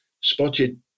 spotted